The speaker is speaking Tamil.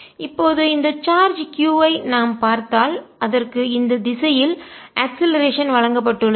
இப்போது இந்த சார்ஜ் q ஐ நாம் பார்த்தால் அதற்கு இந்த திசையில் அக்ஸ்லரேசன் முடுக்கம் வழங்கப்பட்டுள்ளது